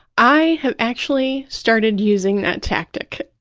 i have actually started using that tactic